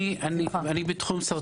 אני בתחום סרטן השד.